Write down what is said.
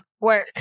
work